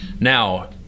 Now